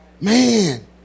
man